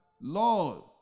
Lord